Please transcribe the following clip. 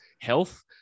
health